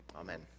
Amen